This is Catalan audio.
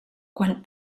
quan